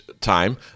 time